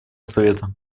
совета